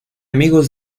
amigos